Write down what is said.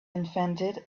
invented